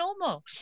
normal